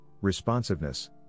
responsiveness